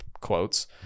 quotes